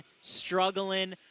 struggling